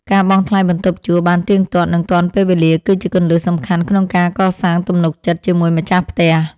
ការបង់ថ្លៃបន្ទប់ជួលបានទៀងទាត់និងទាន់ពេលវេលាគឺជាគន្លឹះសំខាន់ក្នុងការកសាងទំនុកចិត្តជាមួយម្ចាស់ផ្ទះ។